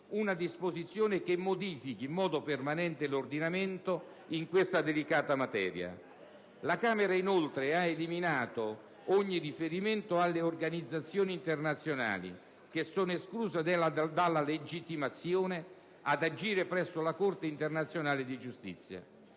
una disposizione che modifichi in modo permanente l'ordinamento in questa delicata materia. La Camera inoltre ha eliminato ogni riferimento alle organizzazioni internazionali, che sono escluse dalla legittimazione ad agire presso la Corte internazionale di giustizia.